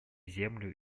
землю